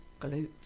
glutes